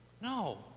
No